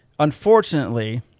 Unfortunately